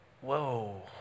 whoa